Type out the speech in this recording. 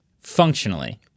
functionally